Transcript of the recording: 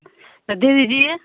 अधे विजिये